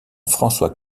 françois